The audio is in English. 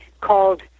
called